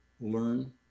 learn